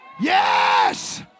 Yes